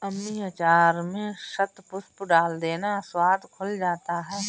mummy अचार में शतपुष्प डाल देना, स्वाद खुल जाता है